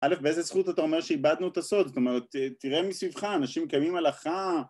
א', באיזה זכות אתה אומר שאיבדנו את הסוד, זאת אומרת, תראה מסביבך, אנשים מקיימים הלכה